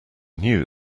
knew